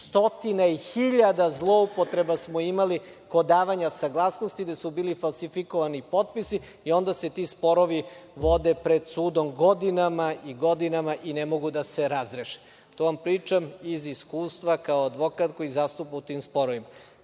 stotina i hiljada zloupotreba smo imali kod davanja saglasnosti gde su bili falsifikovani potpisi i onda se ti sporovi vode pred sudom godinama i godinama, i ne mogu da se razreše. To vam pričam iz iskustva, kao advokat, koji zastupa u tim sporovima.